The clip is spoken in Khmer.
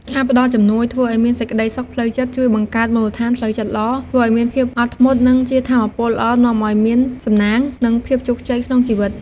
ការផ្តល់ជំនួយធ្វើឲ្យមានសេចក្តីសុខផ្លូវចិត្ត ជួយបង្កើតមូលដ្ឋានផ្លូវចិត្តល្អ ធ្វើឲ្យមានភាពអត់ធ្មត់ និងជាថាមពលល្អនាំឲ្យមានសំណាង និងភាពជោគជ័យក្នុងជីវិត។